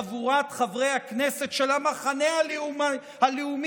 חבורת חברי הכנסת של המחנה הלאומי,